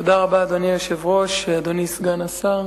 אדוני היושב-ראש, תודה רבה, אדוני סגן השר,